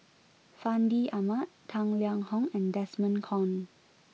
Fandi Ahmad Tang Liang Hong and Desmond Kon